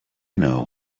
know